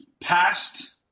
Past